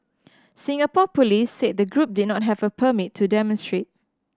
Singapore police said the group did not have a permit to demonstrate